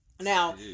Now